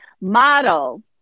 model